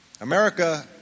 America